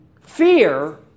Fear